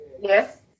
Yes